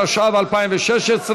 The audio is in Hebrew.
התשע"ו 2016,